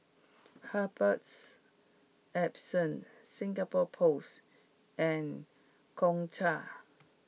Herbals Essences Singapore Post and Gongcha